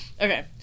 Okay